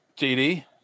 JD